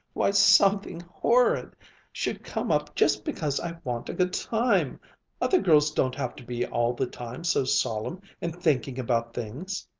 why something horrid should come up just because i want a good time other girls don't have to be all the time so solemn, and thinking about things!